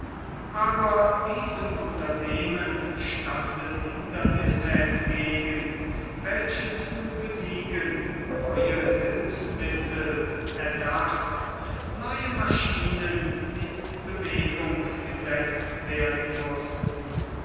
aber diesem unternehmen standen hindernisse entgegen welche zu besiegen neue hilfsmittel erdacht neue maschinen in bewegung gesetzt werden mußten